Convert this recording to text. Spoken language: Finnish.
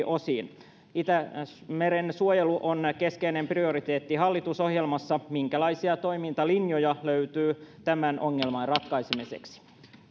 osiin itämeren suojelu on keskeinen prioriteetti hallitusohjelmassa minkälaisia toimintalinjoja löytyy tämän ongelman ratkaisemiseksi